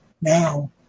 now